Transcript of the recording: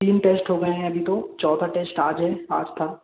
तीन टेस्ट हो गए हैं अभी तो चौथा टेस्ट आज है आज था